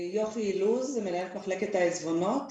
אני מנהלת מח' העזבונות